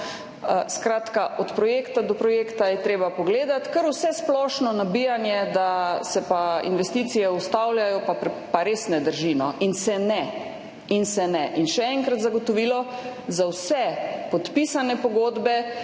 Skratka, od projekta do projekta je treba pogledati, kar vsesplošno nabijanje, da se pa investicije ustavljajo, pa res ne drži, no, in se ne. Se ne. In še enkrat zagotovilo, za vse podpisane pogodbe